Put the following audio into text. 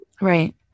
Right